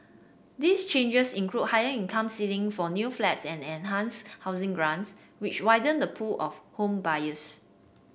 these changes include higher income ceiling for new flats and enhanced housing grants which widen the pool of home buyers